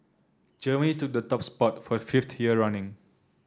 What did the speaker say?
Germany took the top spot for the fifth year running